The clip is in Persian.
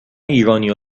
ایرانی